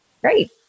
Great